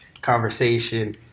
conversation